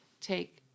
take